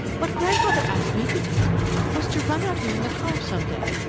what grandfather asked me to do was to run out here in the car some day,